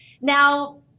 Now